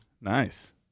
Nice